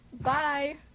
bye